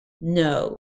No